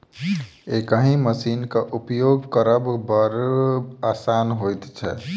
एहि मशीनक उपयोग करब बड़ आसान होइत छै